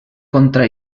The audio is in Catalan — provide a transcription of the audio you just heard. contra